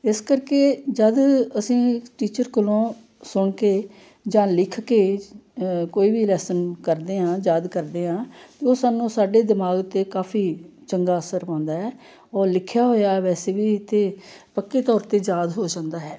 ਇਸ ਕਰਕੇ ਜਦੋਂ ਅਸੀਂ ਟੀਚਰ ਕੋਲੋਂ ਸੁਣ ਕੇ ਜਾਂ ਲਿਖ ਕੇ ਕੋਈ ਵੀ ਲੈਸਨ ਕਰਦੇ ਹਾਂ ਯਾਦ ਕਰਦੇ ਹਾਂ ਉਹ ਸਾਨੂੰ ਸਾਡੇ ਦਿਮਾਗ 'ਤੇ ਕਾਫੀ ਚੰਗਾ ਅਸਰ ਪਾਉਂਦਾ ਹੈ ਔਰ ਲਿਖਿਆ ਹੋਇਆ ਵੈਸੇ ਵੀ ਇਹ ਤੇ ਪੱਕੇ ਤੌਰ 'ਤੇ ਯਾਦ ਹੋ ਜਾਂਦਾ ਹੈ